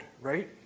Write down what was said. right